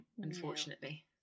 Unfortunately